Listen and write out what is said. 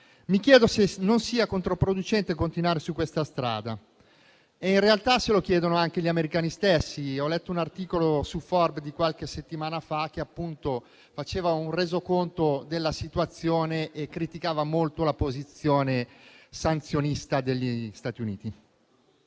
Mi chiedo se non sia controproducente continuare su questa strada e in realtà se lo chiedono anche gli americani stessi. Ho letto un articolo su «Forbes» di qualche settimana fa che faceva un resoconto della situazione e criticava molto la posizione sanzionista degli Stati Uniti.